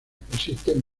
persisten